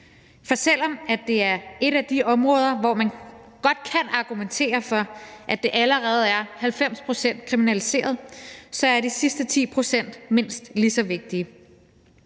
For selv om det er et af de områder, hvor man godt kan argumentere for, at det allerede er 90 pct. kriminaliseret, så er de sidste 10 pct. mindst lige så vigtige.